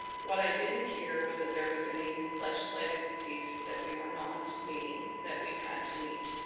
what i didn't hear was that there was any legislative piece that we were not meeting that we had to meet.